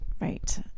right